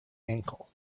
ankle